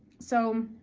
so,